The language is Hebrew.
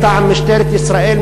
מטעם משטרת ישראל,